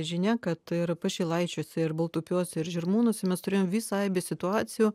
žinia kad ir pašilaičiuose ir baltupiuose ir žirmūnuose mes turėjom visą aibę situacijų